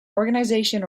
organisation